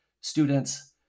students